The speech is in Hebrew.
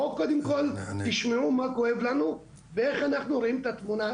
בואו קודם כל תשמעו מה כואב לנו ואיך אנחנו רואים את התמונה.